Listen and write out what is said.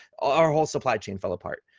our whole supply chain fall apart.